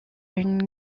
une